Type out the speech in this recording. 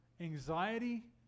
anxiety